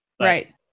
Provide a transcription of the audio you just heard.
Right